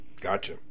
Gotcha